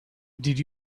did